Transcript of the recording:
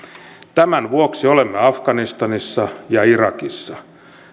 tämän vuoksi olemme afganistanissa ja irakissa